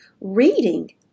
Reading